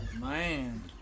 Man